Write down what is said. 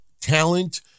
talent